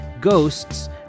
ghosts